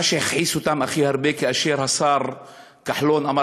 מה שהכי הכעיס אותם זה שהשר כחלון אמר